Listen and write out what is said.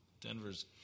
Denver's